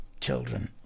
children